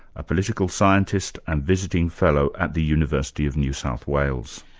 a political scientist and visiting fellow at the university of new south wales.